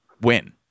win